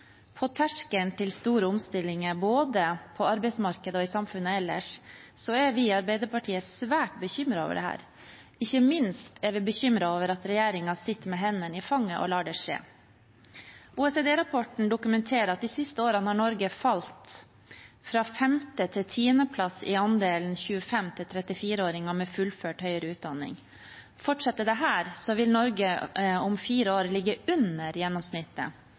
På terskelen til store omstillinger både på arbeidsmarkedet og i samfunnet ellers er vi i Arbeiderpartiet svært bekymret over dette. Ikke minst er vi bekymret over at regjeringen sitter med hendene i fanget og lar det skje. OECD-rapporten dokumenterer at Norge de siste årene har falt fra femte- til tiendeplass i andelen 25–34-åringer med fullført høyere utdanning. Fortsetter dette, vil Norge om fire år ligge under gjennomsnittet